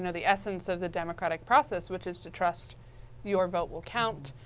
and the essence of the democratic process which is to trust your vote will count.